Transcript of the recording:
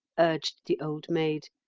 urged the old maid.